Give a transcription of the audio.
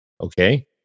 Okay